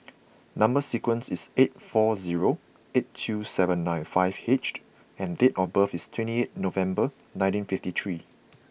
number sequence is eight four zero eight two seven nine five H and date of birth is twenty eight November nineteen fifty three